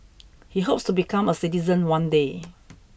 he hopes to become a citizen one day